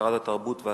שרת התרבות והספורט,